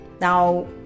Now